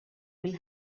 will